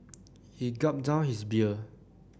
he gulped down his beer